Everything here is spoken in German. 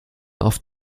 auf